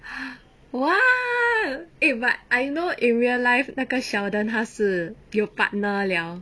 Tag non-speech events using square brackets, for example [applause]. [noise] !wah! eh but I know in real life 那个 sheldon 他是有 partner liao